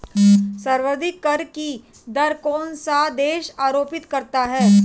सर्वाधिक कर की दर कौन सा देश आरोपित करता है?